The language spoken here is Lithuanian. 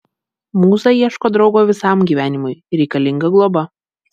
mūza ieško draugo visam gyvenimui reikalinga globa